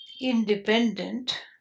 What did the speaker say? independent